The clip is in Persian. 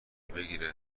بگیره